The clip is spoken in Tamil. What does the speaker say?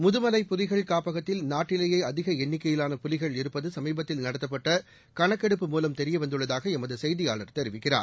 முதமலை புலிகள் காப்பகத்தில் நாட்டிலேயே அதிக எண்ணிக்கையிலான புலிகள் இருப்பது சமீபத்தில் நடத்தப்பட்ட கணக்கெடுப்பு மூலம் தெரியவந்துள்ளதாக எமது செய்தியாளர் தெரிவிக்கிறார்